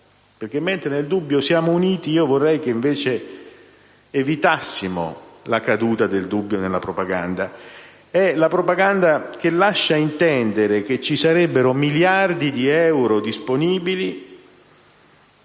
perché mentre nel dubbio siamo uniti, vorrei che evitassimo la caduta del dubbio nella propaganda. È la propaganda che lascia intendere che ci sarebbero miliardi di euro disponibili